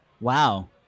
Wow